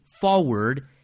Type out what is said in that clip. forward